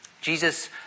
Jesus